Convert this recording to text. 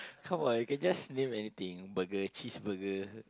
come on you can just name anything burger cheese burger